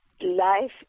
life